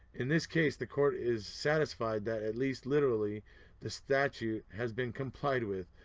in this case the court is satisfied that at least literally the statute has been complied with,